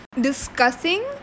discussing